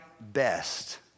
best